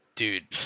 Dude